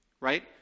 Right